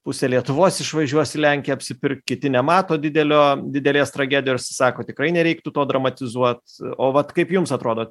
pusė lietuvos išvažiuos į lenkiją apsipirkt kiti nemato didelio didelės tragedijos sako tikrai nereiktų to dramatizuot o vat kaip jums atrodo